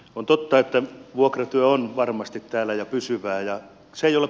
on totta että vuokratyö on varmasti täällä ja pysyvästi